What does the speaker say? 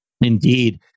Indeed